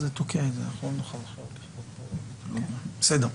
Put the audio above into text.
בסדר,